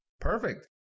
Perfect